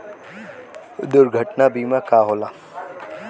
दुर्घटना बीमा का होला?